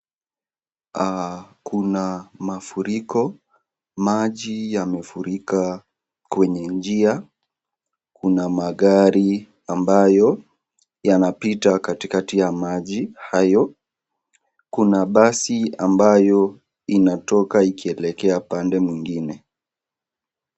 Kuna mafuriko, maji yamefurika kwenye njia, kuna magari ambayo yanapita katikakati ya maji hayo. Kuna basi inatoka ikielekea pande mwingine.